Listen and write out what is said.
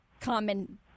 common